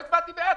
לא הצבעתי בעד.